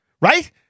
Right